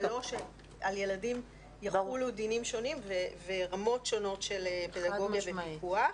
ולא שעל ילדים יחולו דינים שונים ורמות שונות של פדגוגיה ופיקוח.